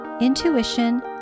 intuition